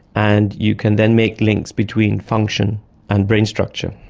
and you can then make links between function and brain structure.